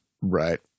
Right